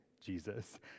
Jesus